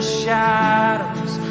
shadows